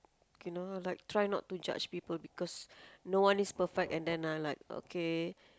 okay no like try not to judge people because no one is perfect and then I like okay